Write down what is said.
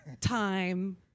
time